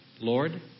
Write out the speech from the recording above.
Lord